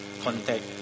Contact